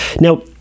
Now